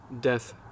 death